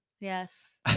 Yes